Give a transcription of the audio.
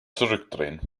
zurückdrehen